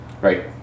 right